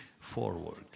forward